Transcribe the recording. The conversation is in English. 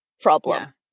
problem